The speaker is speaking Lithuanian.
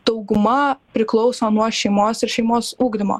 dauguma priklauso nuo šeimos ir šeimos ugdymo